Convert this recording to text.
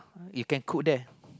you can cook there